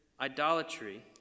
idolatry